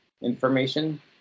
information